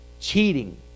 cheating